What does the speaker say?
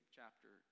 chapter